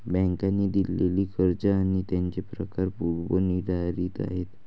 बँकांनी दिलेली कर्ज आणि त्यांचे प्रकार पूर्व निर्धारित आहेत